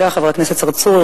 בבקשה, חבר הכנסת צרצור.